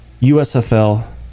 USFL